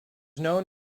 known